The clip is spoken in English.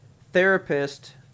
therapist